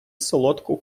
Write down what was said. солодку